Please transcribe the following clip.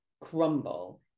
crumble